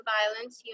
Violence